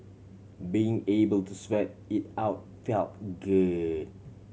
being able to sweat it out felt good